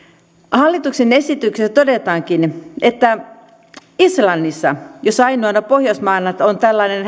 hallituksen esityksessä todetaankin että islannissa missä ainoana pohjoismaana on tällainen